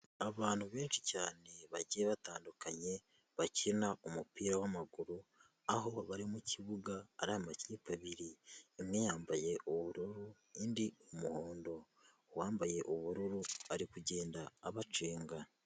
Abantu benshi cyane bagiye batandukanye bakina umupira w'amaguru aho bari mu kibuga ari amakipe abiri, imwe yambaye ubururu indi umuhondo, uwambaye ubururu ari kugenda abacenga.